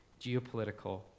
geopolitical